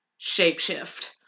shapeshift